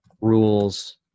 rules